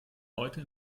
heute